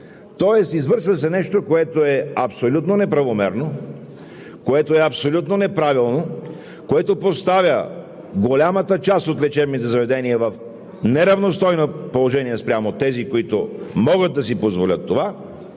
Тоест извършва се нещо, което е абсолютно неправомерно, което е абсолютно неправилно, което поставя голямата част от лечебните заведения в неравностойно положение спрямо тези, които могат да си позволят това,